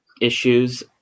issues